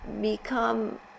become